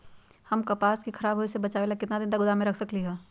हम कपास के खराब होए से बचाबे ला कितना दिन तक गोदाम में रख सकली ह?